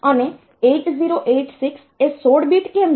અને 8086 એ 16 બીટ કેમ છે